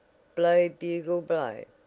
blow bugle blow,